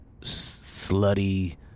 slutty